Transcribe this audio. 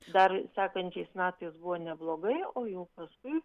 dar sekančiais metais buvo neblogai o jau paskui